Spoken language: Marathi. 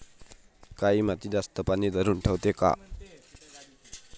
काळी माती जास्त पानी धरुन ठेवते का?